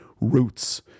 roots